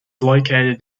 located